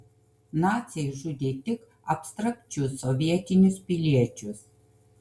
naciai žudė tik abstrakčius sovietinius piliečius